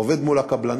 עובד מול הקבלנים,